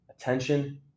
attention